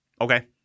Okay